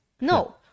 no